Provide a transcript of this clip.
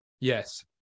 Yes